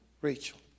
Rachel